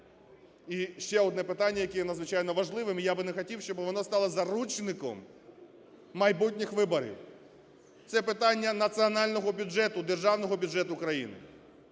І ще одне питання, яке є надзвичайно важливим, і я би не хотів, щоб воно стало заручником майбутніх виборів. Це питання національного бюджету, державного бюджету країни.